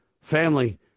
Family